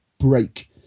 break